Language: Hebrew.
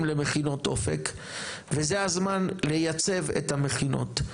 למכינות אופק וזה הזמן לייצב את המכינות.